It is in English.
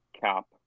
cap